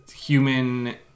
human